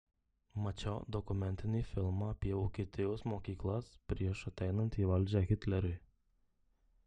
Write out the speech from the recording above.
mačiau dokumentinį filmą apie vokietijos mokyklas prieš ateinant į valdžią hitleriui